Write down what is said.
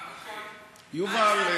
יובל,